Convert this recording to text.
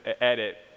edit